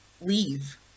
leave